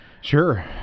sure